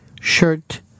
shirt